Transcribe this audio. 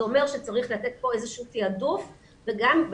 זה אומר שצריך לתת כאן איזשהו תעדוף ובדרך